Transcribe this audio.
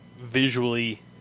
visually